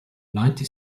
ninety